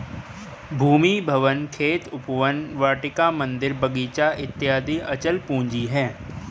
भूमि, भवन, खेत, उपवन, वाटिका, मन्दिर, बगीचा इत्यादि अचल पूंजी है